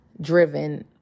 driven